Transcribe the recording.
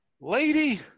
Lady